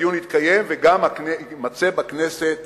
הדיון יתקיים, וגם תימצא בכנסת